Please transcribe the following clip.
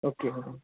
okay